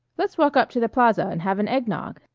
let's walk up to the plaza and have an egg-nog,